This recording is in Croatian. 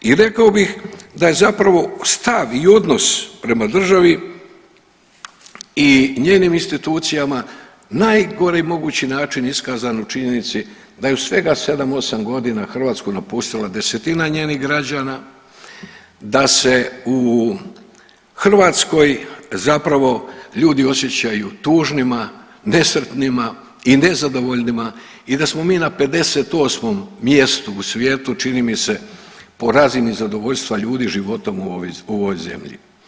I rekao bih da je zapravo stav i odnos prema državi i njenim institucijama najgori mogući način iskazan u činjenici da je u svega sedam, osam godina Hrvatsku napustila desetina njenih građana, da se u Hrvatskoj zapravo ljudi osjećaju tužnima, nesretnima i nezadovoljnima i da smo mi na 58. mjestu u svijetu čini mi se po razini zadovoljstva ljudi životom u ovoj zemlji.